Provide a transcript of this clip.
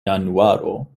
januaro